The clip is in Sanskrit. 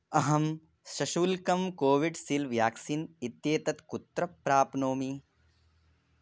अहं सशुल्कं कोविड्सील् व्याक्सीन् इत्येतत् कुत्र प्राप्नोमि